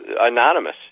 anonymous